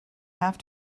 have